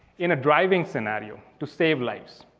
in a driving scenario to save lives.